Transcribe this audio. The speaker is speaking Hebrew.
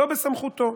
לא בסמכותו,